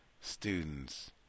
students